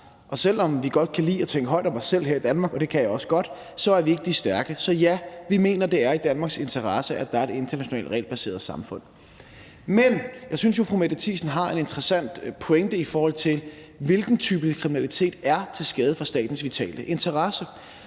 og selv om vi godt kan lide at have høje tanker om os selv her i Danmark, og det kan jeg også godt, er vi ikke de stærke. Så ja, vi mener, det er i Danmarks interesse, at der er et internationalt regelbaseret samfund. Men jeg synes jo, at fru Mette Thiesen har en interessant pointe, i forhold til hvilken type kriminalitet der er til skade for statens vitale interesser,